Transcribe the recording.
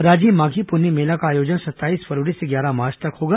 राजिम माधी पुन्नी मेला का आयोजन सत्ताईस फरवरी से ग्यारह मार्च तक होगा